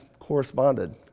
Corresponded